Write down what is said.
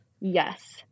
Yes